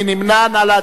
מי נמנע?